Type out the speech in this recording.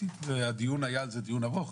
על זה דיון ארוך,